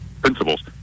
principles